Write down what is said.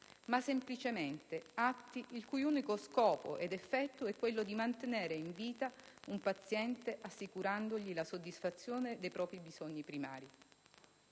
ma semplicemente atti il cui unico scopo ed effetto è quello di mantenere in vita un paziente, assicurandogli la soddisfazione dei propri bisogni primari.